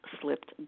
slipped